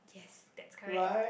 yes that's correct